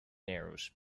narrows